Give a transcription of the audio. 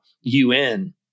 UN